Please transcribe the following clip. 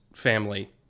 family